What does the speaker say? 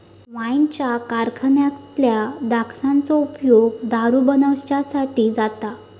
वाईनच्या कारखान्यातल्या द्राक्षांचो उपयोग दारू बनवच्यासाठी जाता